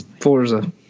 forza